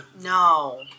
No